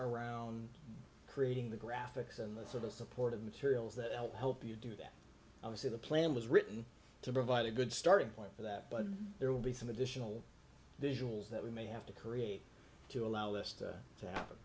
around creating the graphics and the sort of supportive materials that help you do that obviously the plan was written to provide a good starting point for that but there will be some additional visuals that we may have to create to allow this to happen